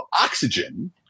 oxygen